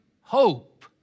hope